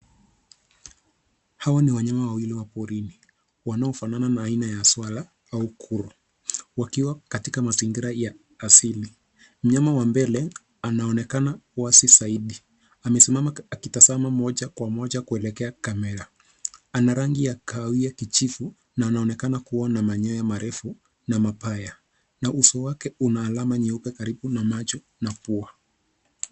Hawa ni wanyama wawili wa porini wanaofanana na aina ya swara au kuro wakiwa katika mazingira ya asili. Mnyama wa mbele anaonekana wazi zaidi. Amesimama akitazama moja kwa moja kuelekea kamera. Ana rangi ya kahawia kijivu na anaonekana kuwa na manyoya marefu na mapaya na uso wake una alama nyeupe karibu na macho na pua.